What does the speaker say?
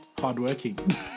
hardworking